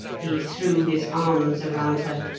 he threw his arms around her,